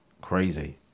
crazy